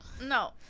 No